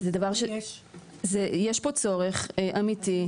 יש פה צורך אמיתי.